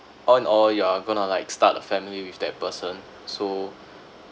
on or you are gonna like start a family with that person so